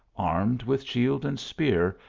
armed with shield and spear,